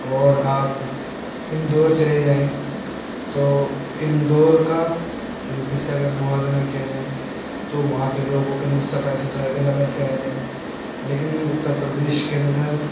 اور آپ اندور چلے جائیں تو اندور کا یو پی سے اگر موازنہ کیا جائے تو وہاں کے لوگوں کے اندر صفائی ستھرائی کا زیادہ خیال ہے لیکن اتر پردیش کے اندر